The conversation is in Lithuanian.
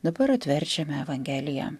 dabar atverčiame evangeliją